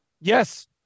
Yes